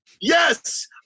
Yes